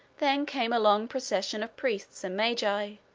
then came a long procession of priests and magi,